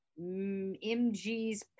mgs